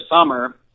summer